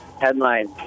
Headline